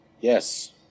Yes